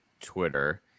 twitter